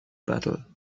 battle